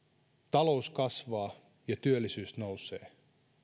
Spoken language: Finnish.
talous kasvaa ja työllisyys nousee